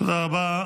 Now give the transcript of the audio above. תודה רבה.